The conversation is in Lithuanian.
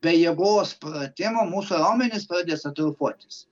be jėgos pratimų mūsų raumenys pradės atrofuotis